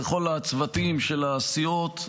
לכל הצוותים של הסיעות,